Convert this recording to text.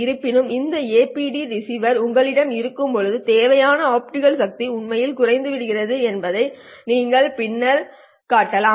இருப்பினும் இந்த APD receiver உங்களிடம் இருக்கும்போது தேவையான ஆப்டிகல் சக்தி உண்மையில் குறைகிறது என்பதை நீங்கள் பின்னர் காட்டலாம்